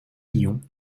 guillon